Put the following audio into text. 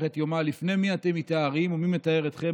לפני מי אתם מטהרין ומי מטהר אתכם?